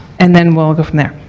and then we'll go from there.